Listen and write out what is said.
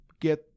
get